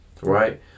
right